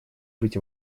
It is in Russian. быть